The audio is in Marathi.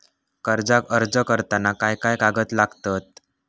कर्जाक अर्ज करताना काय काय कागद लागतत?